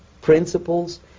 principles